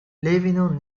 левину